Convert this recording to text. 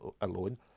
alone